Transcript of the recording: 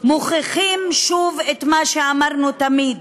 מוכיח שוב את מה שאמרנו תמיד: